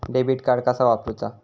Debit card कसा वापरुचा?